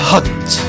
Hunt